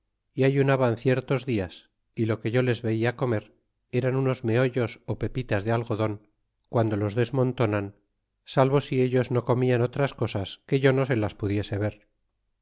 y ayunaban ciertos dios y lo que yo les veia comer eran unos meollos ó pepitas de algodon guando los desmontonan salvo si ellos no comian otras cosas que yo no se las pudiese ver